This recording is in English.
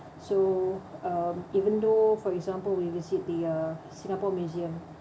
so um even though for example we visit the uh singapore museum